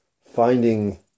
finding